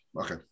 okay